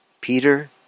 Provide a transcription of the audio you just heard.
Peter